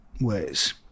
ways